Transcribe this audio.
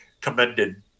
commended